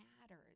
matters